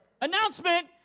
Announcement